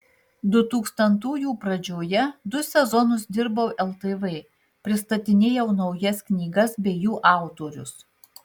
dutūkstantųjų pradžioje du sezonus dirbau ltv pristatinėjau naujas knygas bei jų autorius